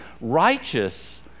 righteous